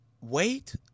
wait